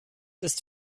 ist